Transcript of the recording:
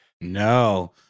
No